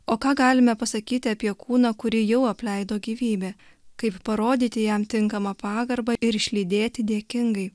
o ką galime pasakyti apie kūną kurį jau apleido gyvybė kaip parodyti jam tinkamą pagarbą ir išlydėti dėkingai